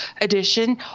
edition